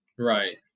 Right